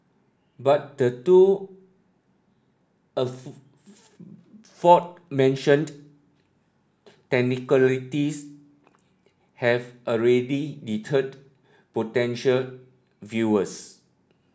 but the two aforementioned technicalities have already deterred potential viewers